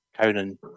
Conan